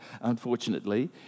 unfortunately